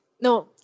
No